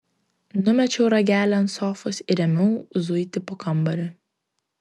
numečiau ragelį ant sofos ir ėmiau zuiti po kambarį